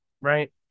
right